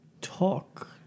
talk